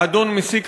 האדון מסיקה,